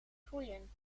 groeien